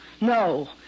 No